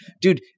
Dude